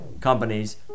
companies